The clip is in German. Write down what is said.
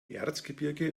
erzgebirge